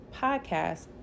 podcast